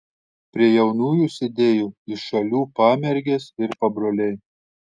prie jaunųjų sėdėjo iš šalių pamergės ir pabroliai